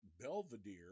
Belvedere